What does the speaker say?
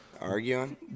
arguing